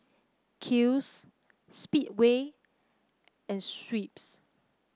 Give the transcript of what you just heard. Kiehl's Speedway and Schweppes